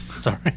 sorry